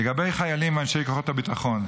לגבי חיילים ואנשי כוחות הביטחון,